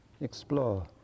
explore